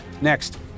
Next